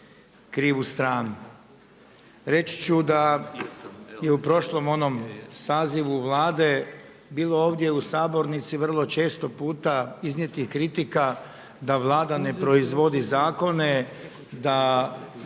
krivu stranu. Reći ću da je u prošlom onom sazivu Vlade bilo ovdje u sabornici vrlo često puta iznijetih kritika da Vlada ne proizvodi zakone, da